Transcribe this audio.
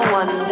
one